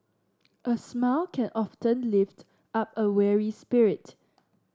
a smile can often lift up a weary spirit